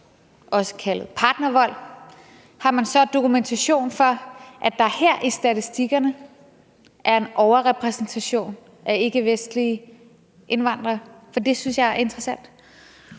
også kaldet partnervold, om man så har dokumentation for, at der i statistikkerne er en overrepræsentation af ikkevestlige indvandrere. For det synes jeg er interessant.